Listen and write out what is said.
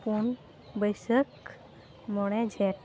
ᱯᱩᱱ ᱵᱟᱹᱭᱥᱟᱹᱠᱷ ᱢᱚᱬᱮ ᱡᱷᱮᱴ